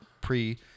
pre